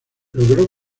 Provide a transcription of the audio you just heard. logró